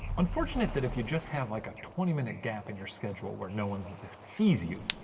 unfortunate that if you just have like a twenty minute gap in your schedule where no one sees you,